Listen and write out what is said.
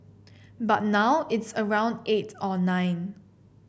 but now it's around eight or nine